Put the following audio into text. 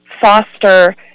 foster